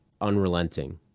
unrelenting